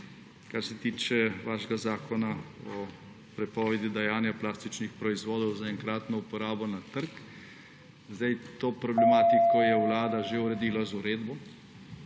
Kar se tiče vašega zakona o prepovedi dajanja plastičnih proizvodov za enkratno uporabo na trg, je to problematiko Vlada že uredila z uredbo,